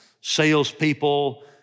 salespeople